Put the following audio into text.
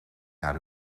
naar